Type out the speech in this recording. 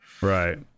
Right